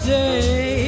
day